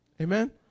Amen